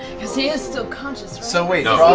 because he is still conscious, so right?